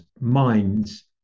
minds